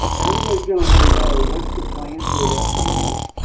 everybody's going to want to know what's the plan for the rest of the year.